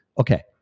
Okay